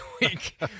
week